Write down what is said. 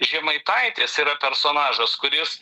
žemaitaitis yra personažas kuris